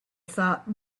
thought